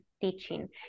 teaching